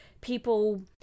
people